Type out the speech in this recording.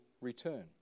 return